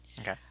Okay